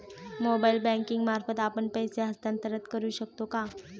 Mobile banking मार्फत आपण पैसे हस्तांतरण करू शकतो का?